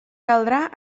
caldrà